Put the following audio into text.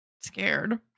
scared